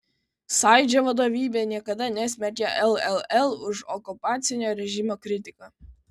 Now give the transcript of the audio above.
sąjūdžio vadovybė niekada nesmerkė lll už okupacinio režimo kritiką